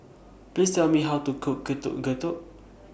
Please Tell Me How to Cook Getuk Getuk